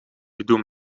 gedoe